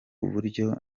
buryo